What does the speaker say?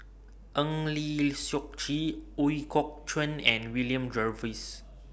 Eng Lee Seok Chee Ooi Kok Chuen and William Jervois